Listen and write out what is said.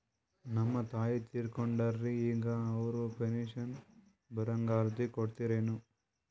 ನಮ್ ತಾಯಿ ತೀರಕೊಂಡಾರ್ರಿ ಈಗ ಅವ್ರ ಪೆಂಶನ್ ಬರಹಂಗ ಅರ್ಜಿ ಕೊಡತೀರೆನು?